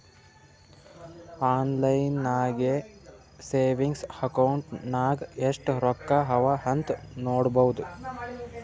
online ನಾಗೆ savings account ನಾಗ್ ಎಸ್ಟ್ ರೊಕ್ಕಾ ಅವಾ ಅಂತ್ ನೋಡ್ಬೋದು